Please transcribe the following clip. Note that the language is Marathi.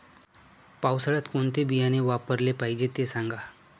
पावसाळ्यात कोणते बियाणे वापरले पाहिजे ते सांगा